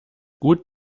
gut